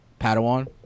Padawan